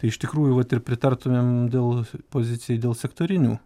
tai iš tikrųjų vat ir pritartumėm dėl pozicijai dėl sektorinių